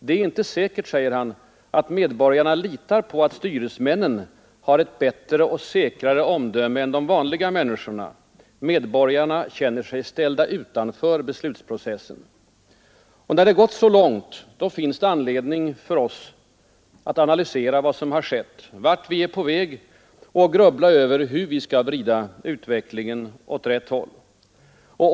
Det är inte säkert, säger han, att medborgarna litar på att styresmännen har ett bättre och säkrare omdöme än de vanliga människorna. Medborgarna känner sig ställda utanför beslutsprocessen. När det gått så långt, då finns det anledning för oss att analysera vad som har skett, vart vi är på väg och att grubbla över hur vi skall kunna vrida utvecklingen åt rätt håll.